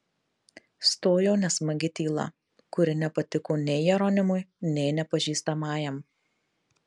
stojo nesmagi tyla kuri nepatiko nei jeronimui nei nepažįstamajam